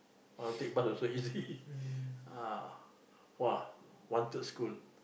I take bus also easy ah !wah! wanted school